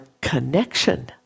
connection